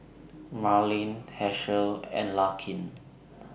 Marlen Hershel and Larkin